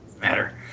matter